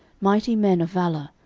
mighty men of valour,